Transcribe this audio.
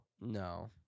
No